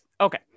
Okay